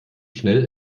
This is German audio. schnell